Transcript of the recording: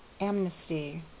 amnesty